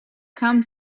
come